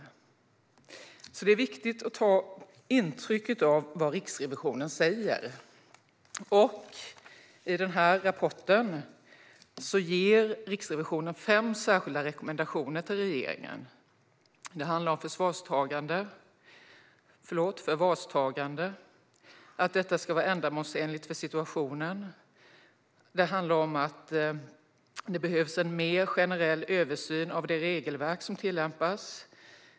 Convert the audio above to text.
Det är alltså viktigt att ta intryck av vad Riksrevisionen säger. I den här rapporten ger Riksrevisionen fem särskilda rekommendationer till regeringen. Det handlar om att förvarstagande ska vara ändamålsenligt för situationen. Det handlar om att det behövs en mer generell översyn av det regelverk som tillämpas.